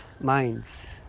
minds